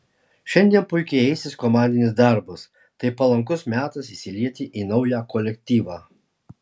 šiandien puikiai eisis komandinis darbas tai palankus metas įsilieti į naują kolektyvą